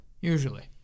Usually